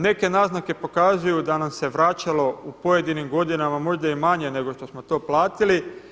Neke naznake pokazuju da nam se vraćalo u pojedinim godinama možda i manje nego što smo to platili.